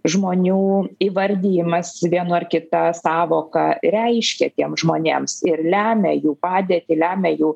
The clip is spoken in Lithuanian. žmonių įvardijimas vienu ar kitą sąvoka reiškia tiems žmonėms ir lemia jų padėtį lemia jų